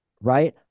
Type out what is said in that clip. Right